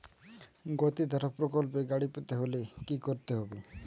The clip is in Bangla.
গতিধারা প্রকল্পে গাড়ি পেতে হলে কি করতে হবে?